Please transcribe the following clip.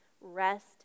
rest